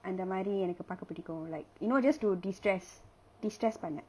அந்த மாதிரி எனக்கு பாக்க பிடிகும்:antha maathiri enaku paaka pidikum like you know just to de-stress de-stress பண்ண:panna